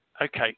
Okay